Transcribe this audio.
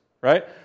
right